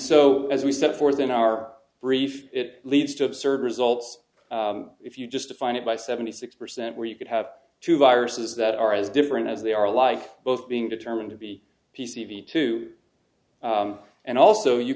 so as we set forth in our brief it leads to absurd results if you just define it by seventy six percent where you could have two viruses that are as different as they are life both being determined to be p c too and also you